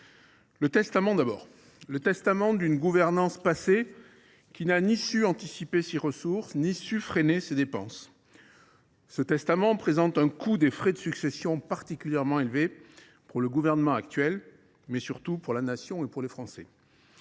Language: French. le testament. C’est le testament d’une gouvernance passée, qui n’a su ni anticiper ses ressources ni freiner ses dépenses. Et le coût des frais de succession est particulièrement élevé pour le gouvernement actuel, mais surtout pour la Nation et les Français